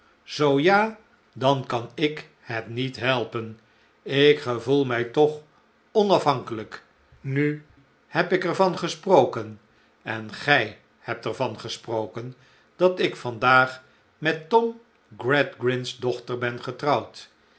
zoo ja dan kan ik het niet helpen ik gevoel mij toch onafhankelijk nu heb ik er van gesproken en gij hebt er van gesproken dat ik vandaag met tom gradgrind's dochter ben getrouwd